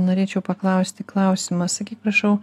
norėčiau paklausti klausimą sakyk prašau